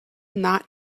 not